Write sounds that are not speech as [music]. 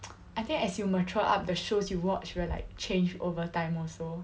[noise] I think as you mature up the shows you watch will like change over time also